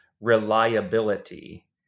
reliability